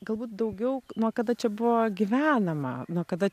galbūt daugiau nuo kada čia buvo gyvenama nuo kada